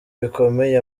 bikomeye